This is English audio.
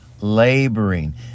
laboring